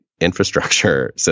infrastructure